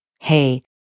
Hey